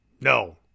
No